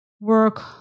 work